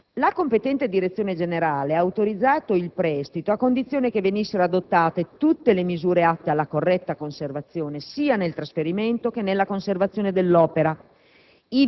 La competente Direzione generale ha autorizzato il prestito a condizione che venissero adottate tutte le misure atte alla corretta conservazione sia nel trasferimento che nella conservazione dell'opera,